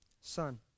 son